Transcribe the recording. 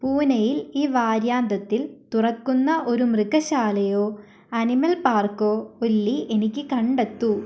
പൂനെയിൽ ഈ വാരാന്ത്യത്തിൽ തുറക്കുന്ന ഒരു മൃഗശാലയോ ആനിമൽ പാർക്കോ ഒല്ലി എനിക്ക് കണ്ടെത്തൂ